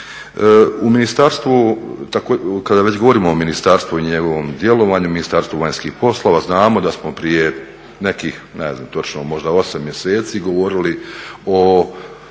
U ministarstvu, kada već govorimo o ministarstvu i njegovom djelovanju, Ministarstvo vanjskih poslova, znamo da smo prije nekih ne znam točno, možda 8 mjeseci govorili o